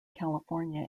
california